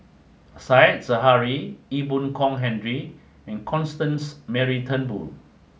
Said Zahari Ee Boon Kong Henry and Constance Mary Turnbull